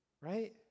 Right